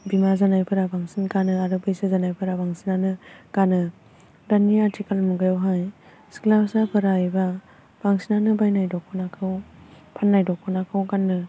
बिमा जानायफोरा बांसिन गानो आरो बैसो जानायफोरा बांसिनानो गानो दानि आथिखाल मुगायावहाय सिख्लासाफोरा एबा बांसिनानो बायनाय दख'नाखौ फान्नाय दख'नाखौ गाननो